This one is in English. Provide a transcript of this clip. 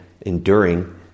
enduring